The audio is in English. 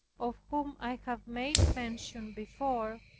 of whom i have made mention before,